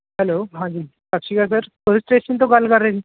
hello ਹਾਂਜੀ ਸਤਿ ਸ਼੍ਰੀ ਅਕਾਲ ਸਰ ਪੁਲਿਸ ਸਟੇਸ਼ਨ ਤੋਂ ਗੱਲ ਕਰ ਰਹੇ ਆ ਜੀ